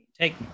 take